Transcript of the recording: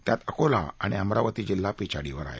त्यात अकोला आणि अमरावती जिल्हा पिछाडीवर आहे